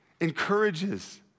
encourages